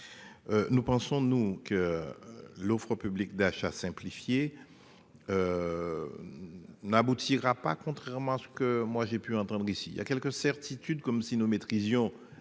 Nous pensons-nous, que l'offre publique d'achat simplifiée. N'aboutira pas, contrairement à ce que moi j'ai pu entendre ici il y a quelques certitudes, comme si nous maîtrisions.